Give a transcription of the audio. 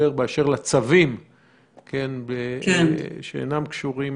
באשר לצווים שאינם קשורים.